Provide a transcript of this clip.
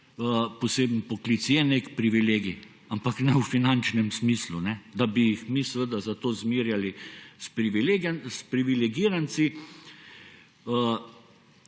poseben poklic, je nek privilegij, ampak ne v finančnem smislu, da bi jih mi zato zmerjali s privilegiranci.